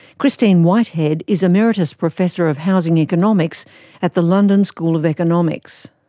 christine whitehead is emeritus professor of housing economics at the london school of economics.